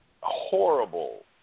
horrible